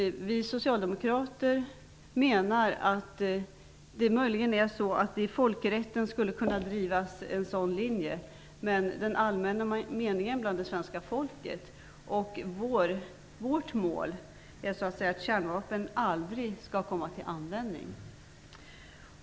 Vi socialdemokrater menar att det möjligen inom folkrätten skulle kunna drivas en sådan linje men vill understryka att det är svenska folkets allmänna mening och vårt mål att kärnvapen aldrig skall komma till användning.